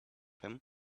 him